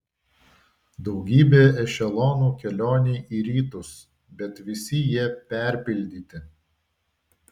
daugybė ešelonų kelionei į rytus bet visi jie perpildyti